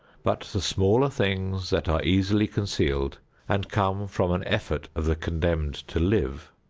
but the smaller things that are easily concealed and come from an effort of the condemned to live,